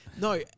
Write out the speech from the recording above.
No